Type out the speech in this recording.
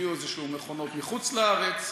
הביאו איזשהן מכונות מחוץ-לארץ,